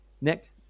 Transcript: Nick